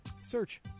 search